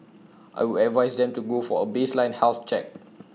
I would advise them to go for A baseline health check